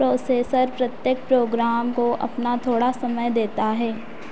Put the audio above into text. processor प्रत्येक program को अपना थोड़ा समय देता है